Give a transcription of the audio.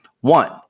one